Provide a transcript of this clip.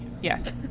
yes